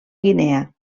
guinea